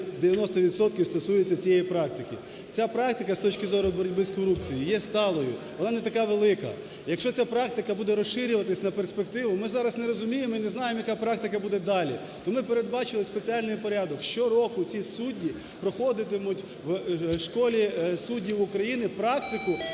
стосується цієї практики. Ця практика з точи зору боротьби з корупцією є сталою, вона не така велика. Якщо ця практика буде розширюватись на перспективу, ми зараз не розуміємо і не знаємо, яка практика буде далі. То ми передбачили спеціальний порядок. Щороку ці судді проходитимуть в Школі суддів України практику